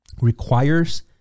requires